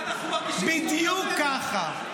בדיוק ככה.